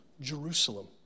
Jerusalem